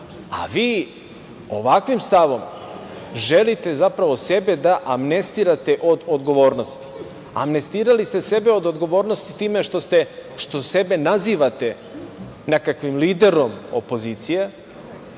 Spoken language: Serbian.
a vi ovakvim stavom želite zapravo sebe da amnestirate od odgovornosti. Amnestirali ste sebe od odgovornosti time što sebe nazivate nekakvim liderom opozicije,